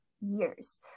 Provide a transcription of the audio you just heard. years